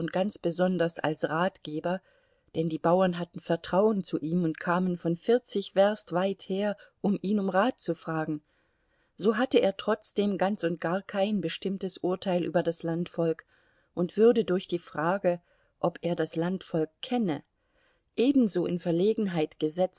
ganz besonders als ratgeber denn die bauern hatten vertrauen zu ihm und kamen von vierzig werst weit her um ihn um rat zu fragen so hatte er trotzdem ganz und gar kein bestimmtes urteil über das landvolk und würde durch die frage ob er das landvolk kenne ebenso in verlegenheit